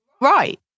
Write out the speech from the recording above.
right